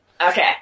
Okay